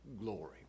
glory